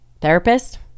therapist